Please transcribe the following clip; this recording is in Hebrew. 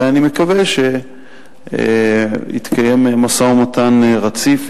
ואני מקווה שיתקיים משא-ומתן רציף,